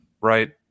right